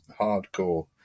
hardcore